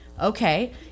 Okay